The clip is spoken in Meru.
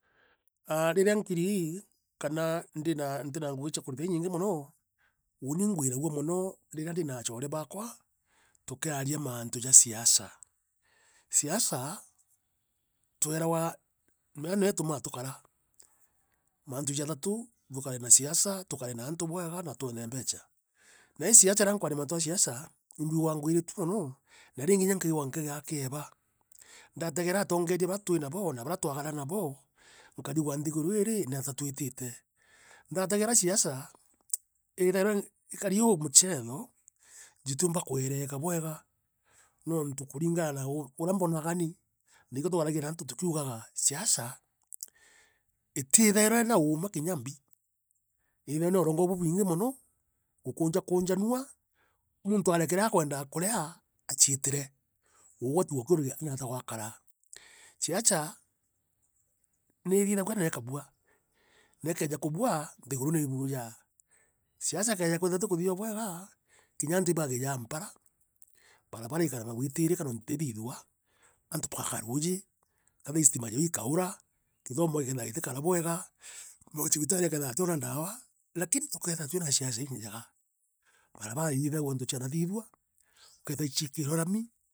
Riria nkirii, kana ndina ntina ngugi cia kurita iinyingi mono, uuni ingwiragua mono riria ndina achore baakwa tukiaria maantu ja siasa. Siasa, tweragwa, menya nio itumaa tukara, mantu jathatu, tukare na siasa, tukare na antu bwega na twone mbecha. Nai siasa riria nkwaria mantu a siasa, imbigagua ngwiritue mono, na ringi inya nkaigua nkigea kieba. Ndategera atongeria baria twina boo. na baria twakara naboo, nkarigwa nthiguru ii ri? natea twitite. Ndategera ciaca, mch, iithairwa ikari oo muchetho jutiumba kwereeka bwega, nuntu kuringana na uurea mbonaga nii. na ikio twaragia na antu tukiugaga, ciaca, itiithairwa iina uuma kinya mbii, iithairwa iina urongo bubwingi mono, gukunjakunjanua, muntu arie kiria akwendaa kurea, achiitire. uugwe utigwe ukiuragia, a natia gwakara? Ciaca, niithithagua na ikabua. Neekeja kubua. nthiguru niibujaa. Ciaca ikeja kwithirwa itikuthithua bwega, kinya antu ibagijaa mpara, barabara ikarema gwitirika niuntu itithithua, aantu bakaaga ruuji, kethea i stima jaiu ikaura, kithomo gikeethira gitikara bwega, machibitari jakeethira jationa ndaawa, lakini tukethira twina ciaca iinjega, barabara ithiithagua joonto ciana thiithua. ukethira ichiikirwe lami.